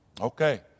Okay